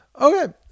Okay